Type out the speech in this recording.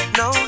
no